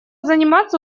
заниматься